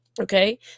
okay